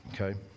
Okay